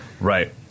Right